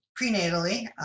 prenatally